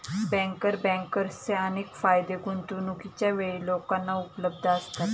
banker बँकर्सचे अनेक फायदे गुंतवणूकीच्या वेळी लोकांना उपलब्ध असतात